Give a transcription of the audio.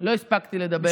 לא הספקתי לדבר.